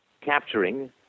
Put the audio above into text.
capturing